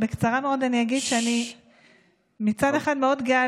בקצרה מאוד אני אגיד שמצד אחד אני גאה